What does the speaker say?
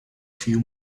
few